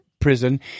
Prison